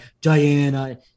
Diana